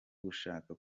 gushaka